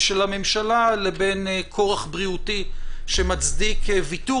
של הממשלה לבין כורח בריאותי שמצדיק ויתור,